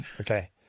Okay